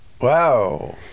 Wow